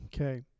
Okay